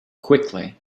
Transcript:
quickly